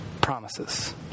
promises